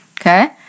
Okay